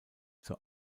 zur